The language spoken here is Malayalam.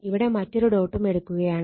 ഇവിടെ മറ്റൊരു ഡോട്ടും എടുക്കുകയാണ്